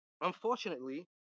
Unfortunately